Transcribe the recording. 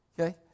Okay